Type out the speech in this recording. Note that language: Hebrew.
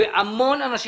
המון אנשים.